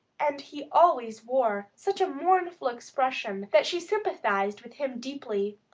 and he always wore such a mournful expression that she sympathized with him deeply.